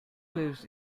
lives